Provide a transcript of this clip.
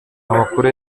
amakuru